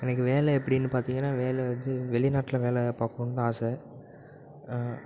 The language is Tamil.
எனக்கு வேலை எப்படினு பார்த்திங்கனா வேலை வந்து வெளிநாட்டில் வேலை பார்க்கணுன்னு தான் ஆசை